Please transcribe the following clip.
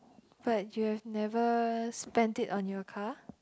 but you've never spent it on your car